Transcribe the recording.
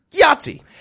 Yahtzee